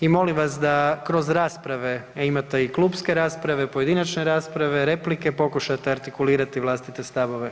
I molim vas da kroz rasprave, a imate i klupske rasprave, pojedinačne rasprave, replike pokušate artikulirati vlastite stavove.